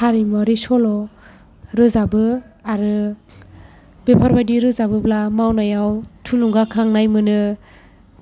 हारिमुवारि सल' रोजाबो आरो बेफोरबायदि रोजाबोब्ला मावनायाव थुलुंगाखांनाय मोनो